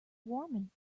warming